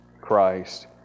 Christ